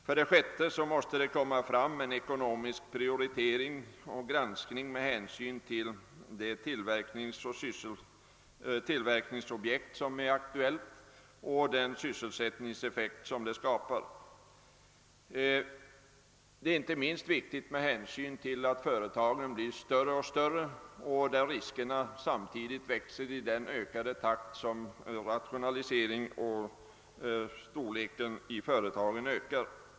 För det sjätte måste det komma fram en ekonomisk prioritering och granskning med hänsyn till det tillverkningsobjekt som är aktuellt och den sysselsättningseffekt som det skapar. Det är inte minst viktigt med hänsyn till att företagen blir större och större och riskerna samtidigt växer i den takt som rationaliseringen och storleken av företagen ökar.